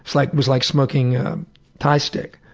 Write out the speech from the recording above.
like was like smoking thai stick,